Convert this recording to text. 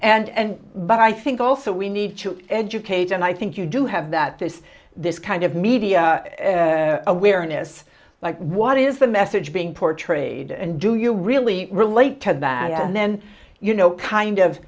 and but i think also we need to educate and i think you do have that this this kind of media awareness like what is the message being portrayed and do you really relate to that and then you know kind of